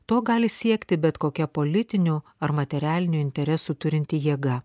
to gali siekti bet kokia politinių ar materialinių interesų turinti jėga